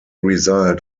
result